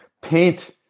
paint